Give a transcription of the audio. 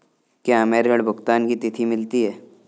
क्या हमें ऋण भुगतान की तिथि मिलती है?